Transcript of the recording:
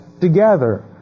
together